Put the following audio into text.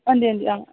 हां जी हां जी हां